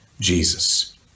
Jesus